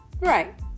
Right